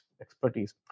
expertise